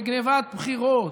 בגנבת בחירות,